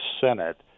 Senate